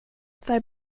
för